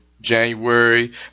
January